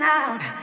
out